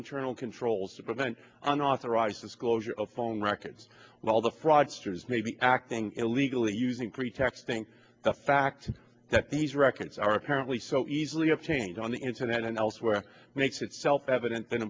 internal controls to prevent an authorized disclosure of phone records while the fraudsters may be acting illegally using pretexting the fact that these records are apparently so easily obtained on the internet and elsewhere makes it self evident than